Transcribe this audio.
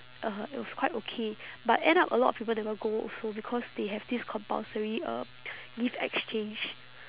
uh it was quite okay but end up a lot of people never go also because they have this compulsory um gift exchange